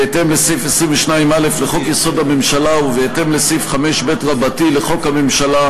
בהתאם לסעיף 22(א) לחוק-יסוד: הממשלה ובהתאם לסעיף 5ב לחוק הממשלה,